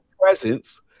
presence